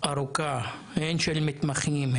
הארוכה הן של מתמחים,